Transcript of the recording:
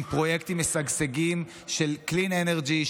עם פרויקטים משגשגים של clean energy,